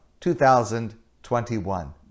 2021